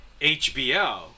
HBO